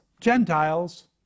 Gentiles